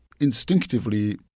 instinctively